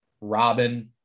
Robin